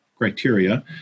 criteria